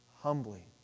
humbly